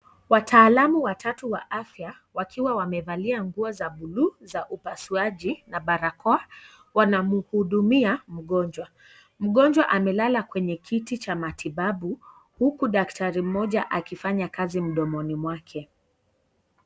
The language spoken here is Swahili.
Wataalamu watu wa afya, wakiwa wamevalia nguo za buluu za upasuaji na barakoa, wanamhudumia mgonjwa. Mgonjwa amelala kwenye kiti cha matibabu, huku daktari mmoja akifanya kazi mdomoni mwake.